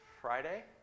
Friday